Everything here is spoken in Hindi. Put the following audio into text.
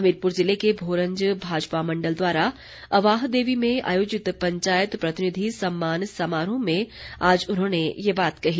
हमीरपूर जिले के भोरंज भाजपा मण्डल द्वारा अवाहदेवी में आयोजित पंचायत प्रतिनिधि सम्मान समारोह में आज उन्होंने ये बात कही